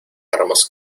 armas